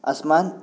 अस्मान्